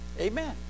Amen